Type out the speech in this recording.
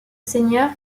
seigneur